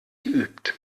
geübt